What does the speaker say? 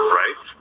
right